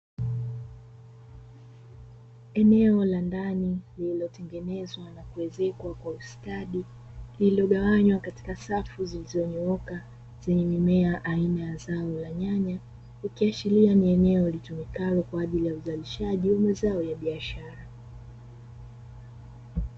Eneo la ndani lililotengenezwa na kuezekwa kwa ustadi, lililogawanywa katika safu zilizonyooka zenye mimea aina ya zao la nyanya, ikiashiria ni eneo litumikalo kwa ajili ya uzalishaji wa mazao ya biashara.